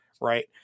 right